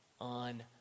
on